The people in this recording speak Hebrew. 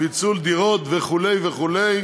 (פיצול דירות), וכו' וכו':